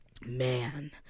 Man